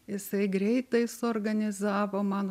jisai greitai suorganizavo man